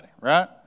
right